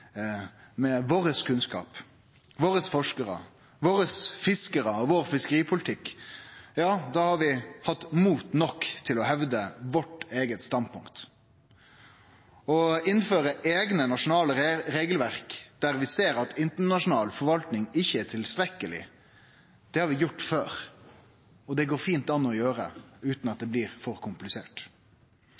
kunnskap, våre forskarar, våre fiskarar og vår fiskeripolitikk, har vi hatt mot nok til å hevde vårt eige standpunkt. Å innføre eigne nasjonale regelverk der vi ser at internasjonal forvaltning ikkje er tilstrekkeleg, har vi gjort før, og det går fint an å gjere utan at det blir for komplisert.